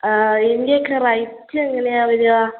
ആ ഇതിൻ്റെയൊക്കെ റൈറ്റ് എവിടെയാണ് വരിക